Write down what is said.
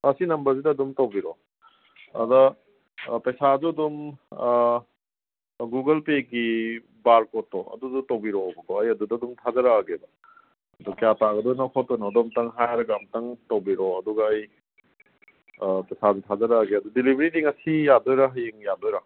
ꯑꯥ ꯁꯤꯅꯝꯕꯔꯁꯤꯗ ꯑꯗꯨꯝ ꯇꯧꯕꯤꯔꯛꯑꯣ ꯑꯗ ꯄꯩꯁꯥꯨ ꯑꯗꯨꯝ ꯑꯥ ꯑꯥ ꯒꯨꯒꯜ ꯄꯦꯒꯤ ꯕꯥꯔ ꯀꯣꯠꯇꯣ ꯑꯗꯨꯁꯨ ꯇꯧꯕꯤꯔꯛꯂꯣꯕꯀꯣ ꯑꯩ ꯑꯗꯨꯝꯗ ꯑꯗꯨꯝ ꯊꯥꯖꯔꯛꯂꯒꯦꯕ ꯑꯗꯣ ꯀꯌꯥ ꯇꯥꯒꯗꯣꯏꯅ ꯈꯣꯠꯇꯣꯏꯅꯣꯗꯣ ꯑꯃꯨꯛꯇꯪ ꯍꯥꯏꯔꯒ ꯑꯃꯨꯛꯇꯪ ꯇꯧꯕꯤꯔꯛꯑꯣ ꯑꯗꯨꯒ ꯑꯩ ꯄꯩꯁꯥꯗꯨ ꯊꯥꯖꯔꯛꯂꯒꯦ ꯑꯗꯨꯗꯤ ꯗꯤꯂꯤꯕꯔꯤꯗꯤ ꯉꯁꯤ ꯌꯥꯗꯣꯏꯔꯥ ꯍꯌꯦꯡ ꯌꯥꯗꯣꯏꯔꯥ